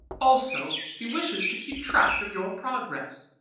also, he wishes to keep track of your progress.